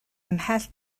ymhell